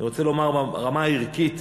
אני רוצה לומר ברמה הערכית,